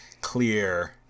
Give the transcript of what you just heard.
clear